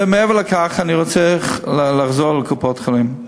ומעבר לכך, אני רוצה לחזור לקופות-החולים.